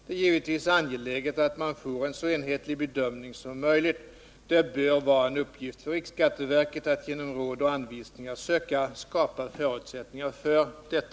Det är givetvis angeläget att man får en så enhetlig bedömning som möjligt. Det bör vara en uppgift för riksskatteverket att genom råd och anvisningar söka skapa förutsättningar för detta.